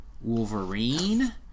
Wolverine